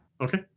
Okay